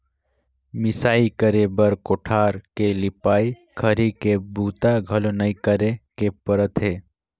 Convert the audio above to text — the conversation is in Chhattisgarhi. मिंसई करे बर कोठार के लिपई, खरही के बूता घलो नइ करे के परत हे